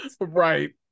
Right